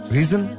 Reason